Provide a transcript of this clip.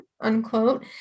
unquote